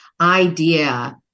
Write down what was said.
idea